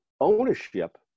ownership